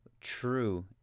true